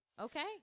Okay